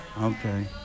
Okay